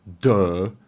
Duh